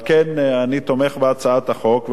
על כן אני תומך בהצעת החוק,